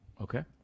Okay